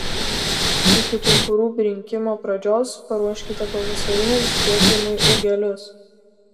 iki pumpurų brinkimo pradžios paruoškite pavasariniam skiepijimui ūgelius